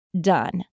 done